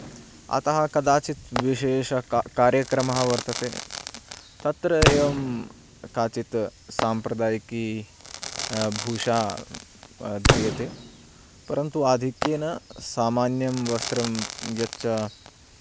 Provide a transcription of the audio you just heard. अतः कदाचित् चिशेषकाकार्यक्रमः वर्तते तत्र एवं काचित् साम्प्रदायिकी भूषा ध्रियते परन्तु आधिक्येन सामान्यं वस्त्रं यच्च